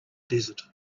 desert